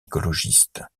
écologiste